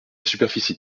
superficie